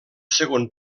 segon